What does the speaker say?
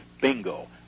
Bingo